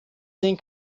sehen